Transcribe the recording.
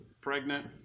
pregnant